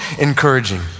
encouraging